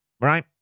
right